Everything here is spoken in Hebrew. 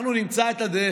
אנחנו נמצא את הדרך,